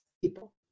people